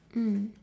mm